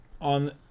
on